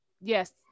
yes